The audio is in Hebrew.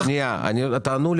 נכון?